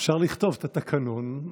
אפשר לכתוב את התקנון,